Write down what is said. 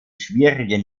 schwierigen